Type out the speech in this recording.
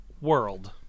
world